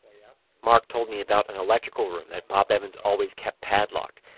yeah mark told me about an electrical room that bob evans always kept padlocked.